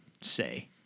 say